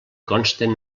consten